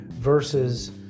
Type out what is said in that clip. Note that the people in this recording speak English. versus